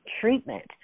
treatment